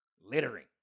Littering